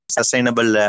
Sustainable